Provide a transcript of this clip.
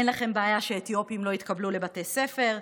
אין לכם בעיה שאתיופים לא יתקבלו לבתי ספר,